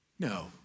no